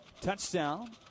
touchdown